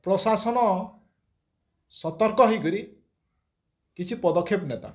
ପ୍ରଶାସନ ସତର୍କ ହେଇକରି କିଛି ପଦକ୍ଷେପ ନେତା